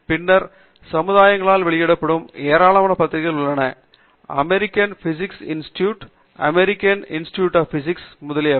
பின்னர் சமுதாயங்களால் வெளியிடப்படும் ஏராளமான பத்திரிகைகள் உள்ளன American physics institute American institute of physics முதலியவை